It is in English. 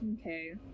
Okay